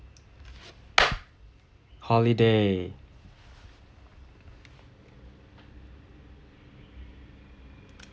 holiday